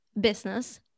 business